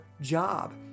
job